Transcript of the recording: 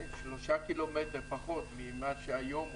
שלושה קילומטרים, פחות ממה שהיום רוצים,